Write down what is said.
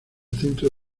centro